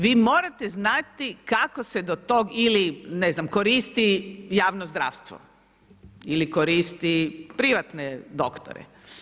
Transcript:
Vi morate znati kako se do tog ili ne znam, koristi javno zdravstvo ili koristi privatne doktore.